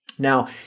Now